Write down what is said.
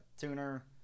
tuner